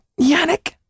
yannick